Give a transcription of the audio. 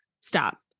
stop